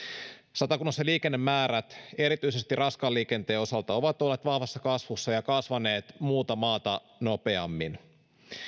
satakunnassa liikennemäärät erityisesti raskaan liikenteen osalta ovat olleet vahvassa kasvussa ja kasvaneet muuta maata nopeammin